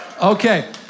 Okay